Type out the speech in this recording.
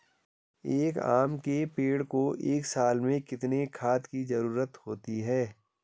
एक आम के पेड़ को एक साल में कितने खाद की जरूरत होती है?